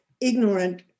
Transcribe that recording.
ignorant